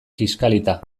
kiskalita